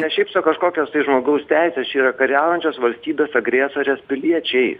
ne šiaip sau kažkokios tai žmogaus teisės čia yra kariaujančios valstybės agresorės piliečiai